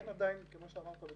אין עדיין, כמו שאמרת בצדק,